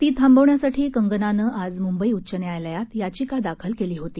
ती थांबवण्यासाठी कंगनानं आज मुंबई उच्च न्यायालयात याचिका दाखल केली होती